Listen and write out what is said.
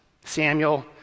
Samuel